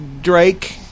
Drake